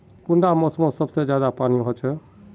कुंडा मोसमोत सबसे ज्यादा पानी होचे?